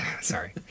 sorry